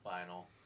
final